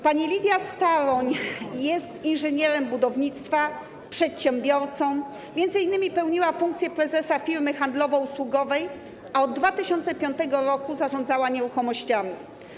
Pani Lidia Staroń jest inżynierem budownictwa, przedsiębiorcą, m.in. pełniła funkcję prezesa firmy handlowo-usługowej, a od 2005 r. zarządzała nieruchomościami.